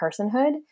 personhood